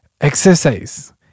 Exercise